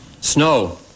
Snow